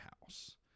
house